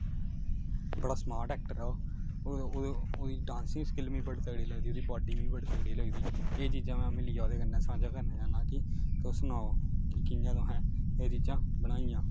बड़ा smart actor ऐ ओह् ओह्दी डांसिग स्किल मी बड़ा तगड़ी लगदी ओह्दी बाडी मिगी बड़ी तगड़ी लगदी एह् चीजां में मिलियै ओह्दे कन्नै सांझा करना चाह्न्ना कि तुस सनाओ कि कि'यां तुसें एह् चीजां बनाइयां